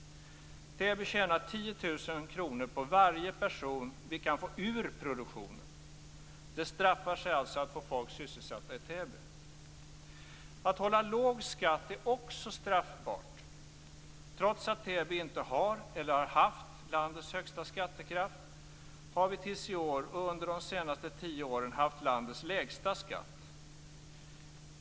Täby tjänar 10 000 kr på varje person som man kan få ur produktionen. Det straffar sig alltså att få folk sysselsatta i Att hålla låg skatt är också straffbart. Trots att Täby inte har eller har haft landets högsta skattekraft har vi tills i år och under de senaste tio åren haft landets lägsta skatt.